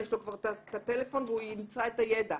יש לו כבר את הטלפון והוא ימצא את הידע,